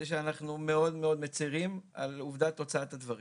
שאנחנו מצרים מאוד על עובדת הוצאת הדברים.